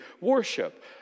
worship